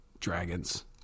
Dragons